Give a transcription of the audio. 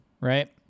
Right